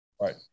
Right